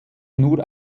nur